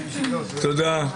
תודה.